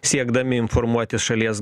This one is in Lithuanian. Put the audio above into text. siekdami informuoti šalies